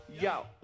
Yo